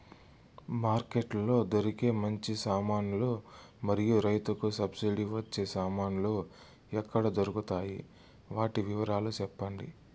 Market లో దొరికే మంచి సామాన్లు మరియు రైతుకు సబ్సిడి వచ్చే సామాన్లు ఎక్కడ దొరుకుతాయి? వాటి వివరాలు సెప్పండి?